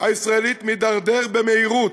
הישראלית מידרדר במהירות,